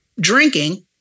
drinking